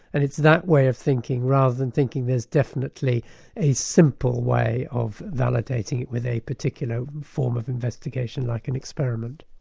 and it's that way of thinking, rather than thinking there's definitely a simple way of validating it with a particular form of investigation like an experiment.